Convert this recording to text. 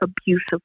abusive